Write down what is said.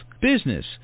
business